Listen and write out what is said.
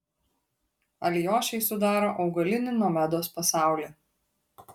alijošiai sudaro augalinį nomedos pasaulį